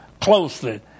closely